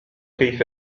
كيف